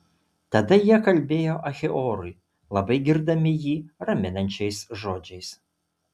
tada jie kalbėjo achiorui labai girdami jį raminančiais žodžiais